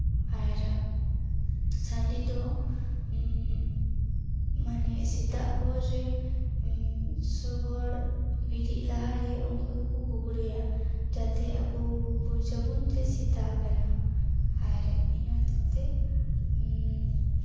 ᱟᱨ ᱥᱟᱺᱰᱤ ᱫᱚ ᱢᱟᱱᱮ ᱥᱮᱛᱟᱜ ᱵᱷᱳᱨ ᱨᱮ ᱡᱚᱛᱚ ᱦᱚᱲ ᱵᱮᱨᱮᱫ ᱞᱟᱦᱟᱨᱮ ᱩᱱᱠᱩ ᱫᱚᱠᱚ ᱠᱩᱠᱲᱩᱭᱟ ᱡᱟᱛᱮ ᱟᱵᱚ ᱵᱩᱡᱽ ᱟᱵᱚᱱ ᱡᱮ ᱥᱮᱛᱟᱜ ᱟᱠᱟᱱᱟ ᱟᱨ ᱤᱱᱟᱹ ᱦᱚᱛᱮᱫ ᱛᱮ